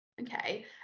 Okay